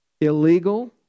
illegal